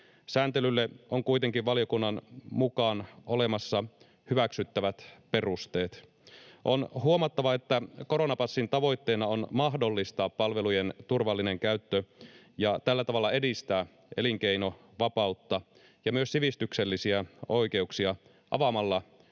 Sääntelylle on kuitenkin valiokunnan mukaan olemassa hyväksyttävät perusteet. On huomattava, että koronapassin tavoitteena on mahdollistaa palvelujen turvallinen käyttö ja tällä tavalla edistää elinkeinovapautta ja myös sivistyksellisiä oikeuksia avaamalla